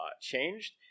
changed